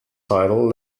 title